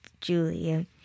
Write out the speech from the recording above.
Julia